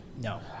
No